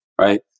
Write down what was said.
right